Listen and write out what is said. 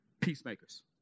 Peacemakers